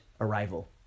Arrival